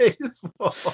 baseball